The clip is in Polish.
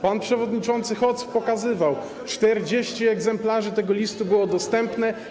Pan przewodniczący Hoc pokazywał - 40 egzemplarzy tego listu było dostępne.